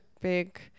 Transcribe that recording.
big